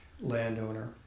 landowner